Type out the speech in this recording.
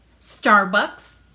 Starbucks